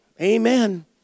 Amen